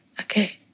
okay